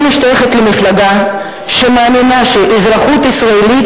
אני משתייכת למפלגה שמאמינה שאזרחות ישראלית